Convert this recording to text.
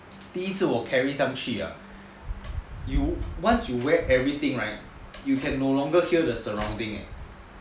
第一次我 carry 上去 ah once you wear everything right you can no longer hear the surroundings eh